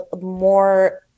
more